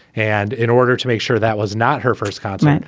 and in order to make sure that was not her first concert,